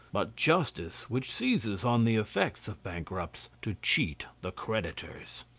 but justice which seizes on the effects of bankrupts to cheat the creditors.